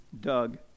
Doug